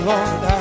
Lord